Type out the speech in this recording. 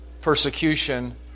persecution